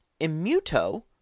Immuto